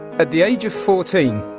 at the age of fourteen,